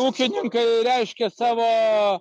ūkininkai reiškia savo